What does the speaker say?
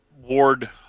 Ward